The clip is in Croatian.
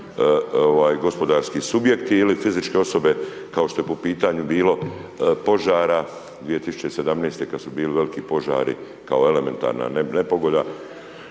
gospodarski subjekti ili fizičke osobe kao što je po pitanju bilo požara 2017. kad su bili veliki požari kao elementarna nepogoda,